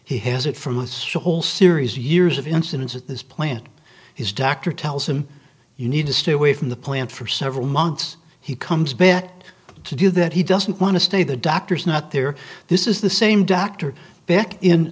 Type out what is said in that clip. he has it from his show whole series years of incidents at this plant his doctor tells him you need to stay away from the plant for several months he comes back to do that he doesn't want to stay the doctor's not there this is the same doctor back in